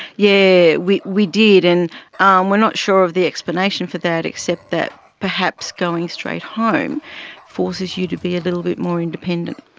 yeah we we did, and and we are not sure of the explanation for that except that perhaps going straight home forces you to be a little bit more independent.